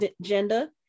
agenda